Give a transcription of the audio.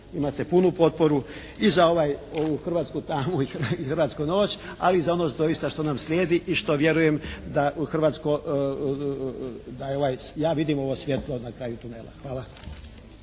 imate punu potporu i za ovu hrvatsku tamu i hrvatsku noć, ali i za ono doista što nam slijedi i što vjerujem da u hrvatsko, da ja vidim ovo svjetlo na kraju tunela. Hvala.